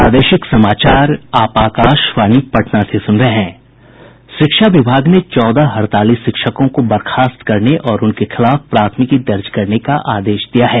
शिक्षा विभाग ने चौदह हड़ताली शिक्षकों को बर्खास्त करने और उनके खिलाफ प्राथमिकी दर्ज करने का आदेश दिया है